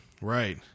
right